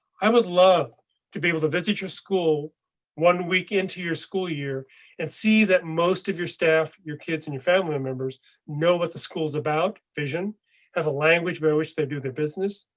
i would love to be able to visit your school one week into your school year and see that most of your staff, your kids, and your family members know what the schools about vision have a language by which they do their business.